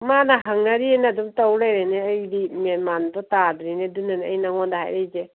ꯃꯥꯅ ꯍꯪꯅꯔꯤꯅ ꯑꯗꯨꯝ ꯇꯧ ꯂꯩꯔꯦꯅꯦ ꯑꯩꯗꯤ ꯃꯦꯟꯃꯥꯟꯗꯣ ꯇꯥꯗ꯭ꯔꯦꯅꯦ ꯑꯗꯨꯅꯅꯤ ꯑꯩ ꯅꯉꯣꯟꯗ ꯍꯥꯏꯔꯛꯏꯁꯦ